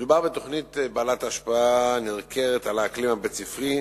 מדובר בתוכנית בעלת השפעה ניכרת על האקלים הבית-ספרי,